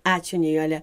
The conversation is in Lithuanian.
ačiū nijole